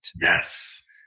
yes